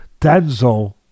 Denzel